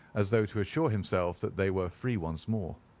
as though to assure himself that they were free once more.